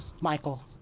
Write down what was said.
Michael